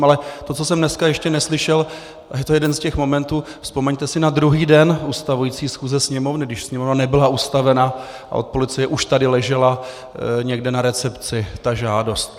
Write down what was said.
Ale to, co jsem dneska ještě neslyšel, a je to jeden z těch momentů vzpomeňte si na druhý den ustavující schůze Sněmovny, když Sněmovna nebyla ustavena a od policie už tady ležela někde na recepci ta žádost.